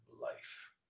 life